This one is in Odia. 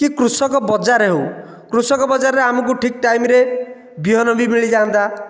କି କୃଷକ ବଜାର ହେଉ କୃଷକ ବଜାର ରେ ଆମକୁ ଠିକ ଟାଇମ୍ରେ ବିହନ ବି ମିଳିଯାଆନ୍ତା